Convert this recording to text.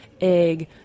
egg